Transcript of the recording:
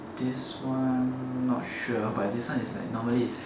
this one not sure but this one is like normally is